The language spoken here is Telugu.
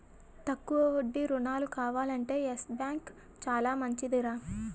తక్కువ వడ్డీ రుణాలు కావాలంటే యెస్ బాంకు చాలా మంచిదిరా